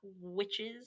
witches